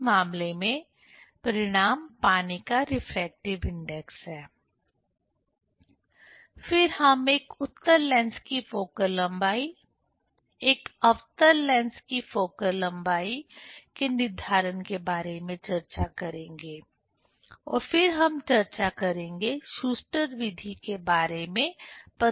इस मामले में परिणाम पानी का रिफ्रैक्टिव इंडेक्स है फिर हम एक उत्तल लेंस की फोकल लंबाई एक अवतल लेंस की फोकल लंबाई के निर्धारण के बारे में चर्चा करेंगे और फिर हम चर्चा करेंगे शूस्टर विधि Schuster's method के बारे में प्रदर्शित करेंगे